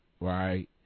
Right